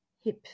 hip